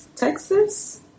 Texas